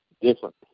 different